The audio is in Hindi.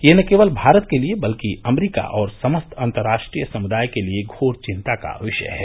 ये न केवल भारत के लिए बल्कि अमरीका और समस्त अंतराष्ट्रीय समुदाय के लिए घोर चिंता का विषय है